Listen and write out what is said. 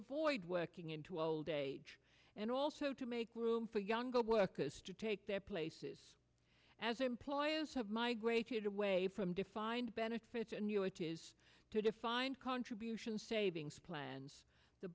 avoid working into old age and also to make room for younger workers to take their places as employers have migrated away from defined benefits and you know it is to defined contribution savings plans the